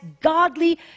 godly